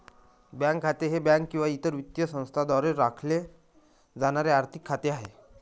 bank खाते हे bank किंवा इतर वित्तीय संस्थेद्वारे राखले जाणारे आर्थिक खाते आहे